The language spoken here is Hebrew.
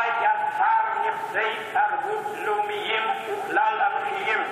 בה יצר נכסי תרבות לאומיים וכלל אנושיים